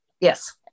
Yes